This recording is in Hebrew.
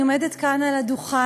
אני עומדת כאן על הדוכן,